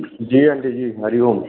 जी aunty जी हरि ओम